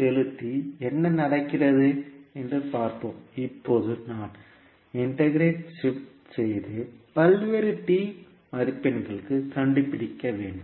செலுத்தி என்ன நடக்கிறது என்று பார்ப்போம் இப்போது நான் இண்டெகிரைடி ஷிப்ட் செய்து பல்வேறு t மதிப்பெண்களுக்கு கண்டுபிடிக்க வேண்டும்